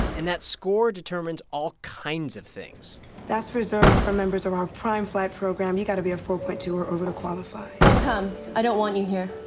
and that score determines all kinds of things that's reserved for members of our prime flight program. you got to be a four point two or over to qualify don't come. i don't want you here.